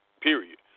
period